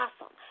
awesome